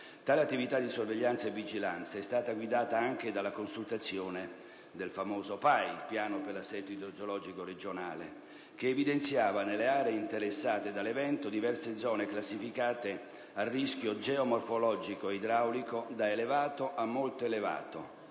Tale attività di sorveglianza e vigilanza è stata guidata anche dalla consultazione del famoso PAIR - Piano per l'assetto idrogeologico regionale - che evidenziava nelle aree interessate dall'evento diverse zone classificate a rischio geomorfologico e idraulico da elevato a molto elevato,